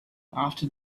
after